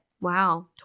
Wow